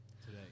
today